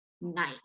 night